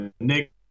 Nick